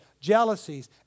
jealousies